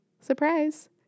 Surprise